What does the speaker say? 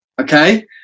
okay